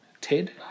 Ted